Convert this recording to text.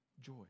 joy